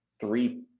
three